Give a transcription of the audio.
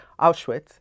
Auschwitz